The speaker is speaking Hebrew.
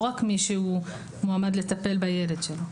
לא רק מי שהוא מועמד לטפל בילד שלו.